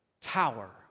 tower